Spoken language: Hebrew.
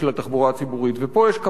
ופה יש כמה נתונים שאני רוצה,